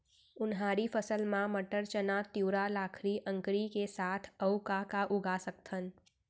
उनहारी फसल मा मटर, चना, तिंवरा, लाखड़ी, अंकरी के साथ अऊ का का उगा सकथन?